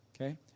okay